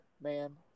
man